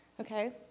okay